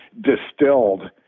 distilled